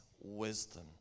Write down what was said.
wisdom